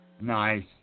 Nice